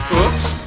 oops